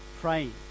praying